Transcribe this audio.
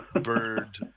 bird